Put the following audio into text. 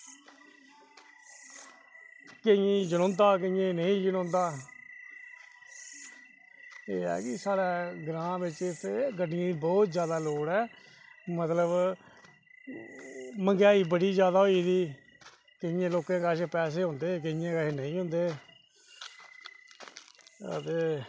केइयें गी जनोंदा केइयें गी नेईं जनोंदा ते साढ़े ग्रांऽ बिच एह् गड्डियें दी बहुत जादै लोड़ ऐ मतलब मंहगाई बड़ी जादा होई दी केइयें लोकें कश पैसे होंदे केइयें कश नेईं होंदे